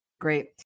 Great